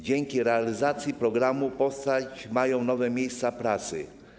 Dzięki realizacji programu powstać mają nowe miejsca pracy.